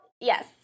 yes